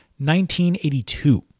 1982